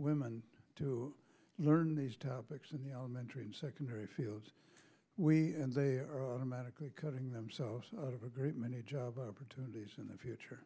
women to learn these topics in the elementary and secondary fields we and they are cutting themselves out of a great many job opportunities in the future